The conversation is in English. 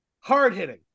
hard-hitting